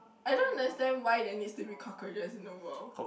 I don't understand why there needs to be cockroaches in the world